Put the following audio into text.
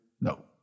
No